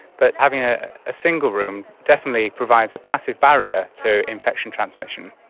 but having ah a single room definitely provides a passive barrier to infection transmission.